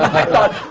i thought,